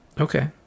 Okay